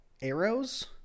arrows